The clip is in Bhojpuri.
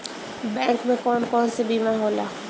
बैंक में कौन कौन से बीमा होला?